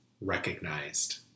recognized